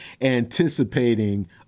anticipating